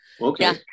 okay